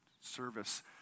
service